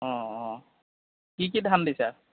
অঁ অঁ কি কি ধান দিছা